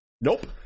Nope